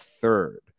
third